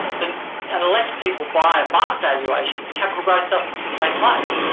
but and unless people buy above valuation, capital growth doesn't take place.